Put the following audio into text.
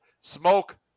smoke